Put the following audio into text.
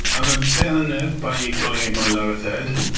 i'm a bit unnerved by you calling it my lower third,